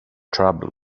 trouble